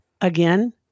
again